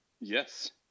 Yes